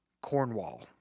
Cornwall